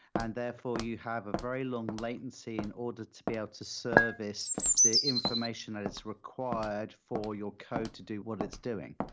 and therefore, you have a very long latency in order to be able to service the information that is required for your code to do what it's doing.